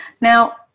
Now